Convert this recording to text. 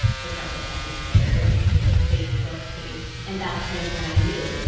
the carpet has a twitter and a facebook page. and that's kind of when i knew